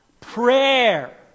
Prayer